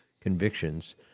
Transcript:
convictions